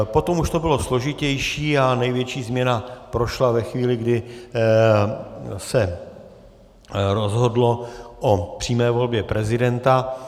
Potom už to bylo složitější a největší změna prošla ve chvíli, kdy se rozhodlo o přímé volbě prezidenta.